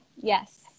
Yes